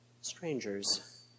Strangers